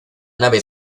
nave